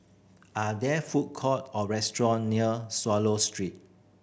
are there food court or restaurant near Swallow Street